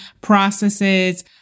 processes